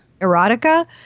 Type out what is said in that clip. erotica